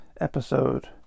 episode